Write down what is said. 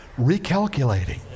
Recalculating